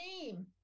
name